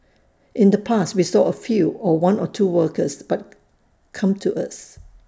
in the past we saw A few or one or two workers but come to us